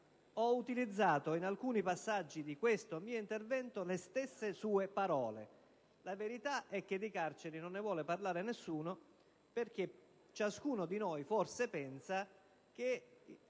ho utilizzato in alcuni passaggi di questo mio intervento le stesse sue parole. La verità è che di carceri non ne vuole parlare nessuno, perché ciascuno di noi forse pensa che